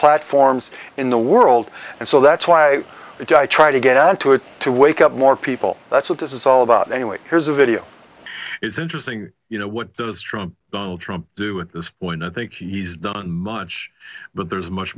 platforms in the world and so that's why i try to get out to it to wake up more people that's what this is all about anyway here's a video it's interesting you know what does trump trump do at this point i think he's done much but there's much